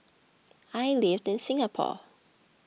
I live in Singapore